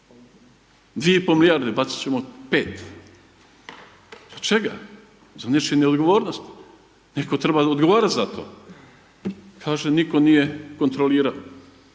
2,5 milijarde, bacit ćemo 5, za čega, za nečiju neodgovornost, netko treba odgovarat za to, kaže nitko nije kontrolirao,